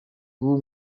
ubu